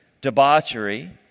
debauchery